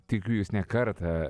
tikiu jūs ne kartą